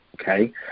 okay